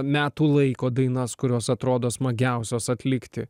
metų laiko dainas kurios atrodo smagiausios atlikti